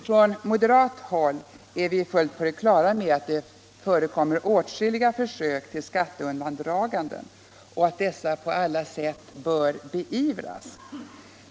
Från moderat håll är vi fullt på det klara med att det förekommer åtskilliga försök till skatteundandragande och att dessa på alla sätt bör beivras.